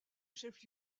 chef